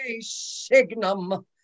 Signum